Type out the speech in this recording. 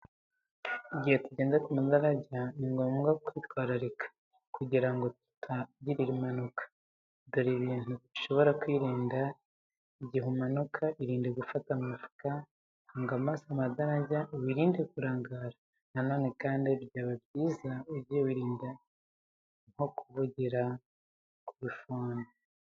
Igihe tugenda ku madarajya, ni ngombwa kwitwararika kugira ngo tutahagirira impanuka. Dore ibintu ushobora kwirinda: igihe umanuka, irinde gufata mu mifuka. Hanga amaso amadarajya, wirinde kurangara. Na none kandi byaba byiza ugiye wirinda wenda nko kuvugira kuri telefoni.